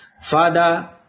Father